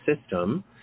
system